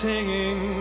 Singing